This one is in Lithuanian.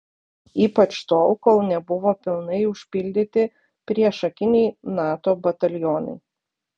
ypač tol kol nebuvo pilnai užpildyti priešakiniai nato batalionai